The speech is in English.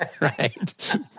right